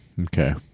Okay